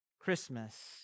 Christmas